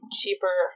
cheaper